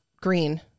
green